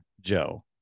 Joe